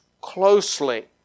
closely